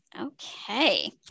okay